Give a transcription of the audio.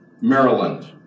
Maryland